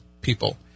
people